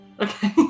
Okay